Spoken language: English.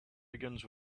begins